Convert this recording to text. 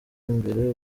imbere